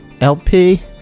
lp